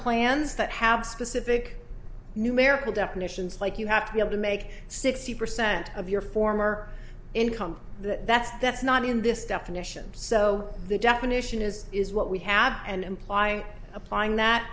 plans that have specific numerical definitions like you have to be able to make sixty percent of your former income that's that's not in this definition so the definition is is what we have and implying applying that